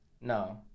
No